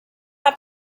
have